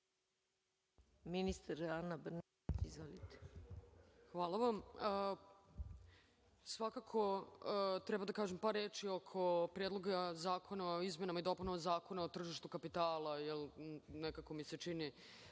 **Ana Brnabić** Hvala vam. Svakako treba da kažem par reči oko Predloga zakona o izmenama i dopunama Zakona o tržištu kapitala, jer nekako mi se čini